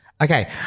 okay